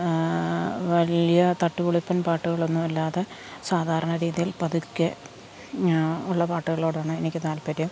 വലിയ തട്ടുപൊളിപ്പൻ പാട്ടുകളൊന്നും അല്ലാതെ സാധാരണ രീതിയിൽ പതുക്കെ ഉള്ള പാട്ടുകളോടാണ് എനിക്ക് താൽപ്പര്യം